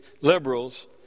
liberals